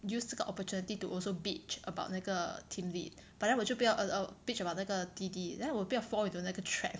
use 这个 opportunity to also bitch about 那个 team lead but then 我就不要 uh uh bitch about 那个 D_D then 我不要 fall into 那个 trap